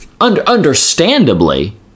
understandably